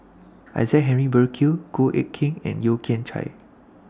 Isaac Henry Burkill Goh Eck Kheng and Yeo Kian Chye